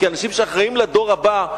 כאנשים שאחראים לדור הבא,